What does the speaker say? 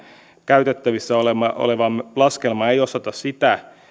käytettävissä oleva oleva laskelma ei osoita sitä